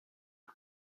une